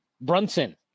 Brunson